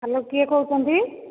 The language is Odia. ହ୍ୟାଲୋ କିଏ କହୁଛନ୍ତି